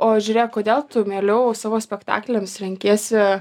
o žiūrėk kodėl tu mieliau savo spektakliams renkiesi